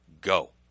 Go